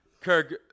Kirk